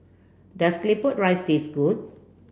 does claypot rice taste good